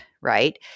right